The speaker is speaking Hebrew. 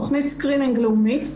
תוכנית סקריינינג לאומית,